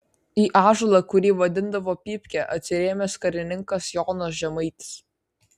į ąžuolą kurį vadindavo pypke atsirėmęs karininkas jonas žemaitis